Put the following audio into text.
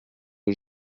que